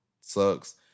sucks